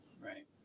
Right